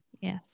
Yes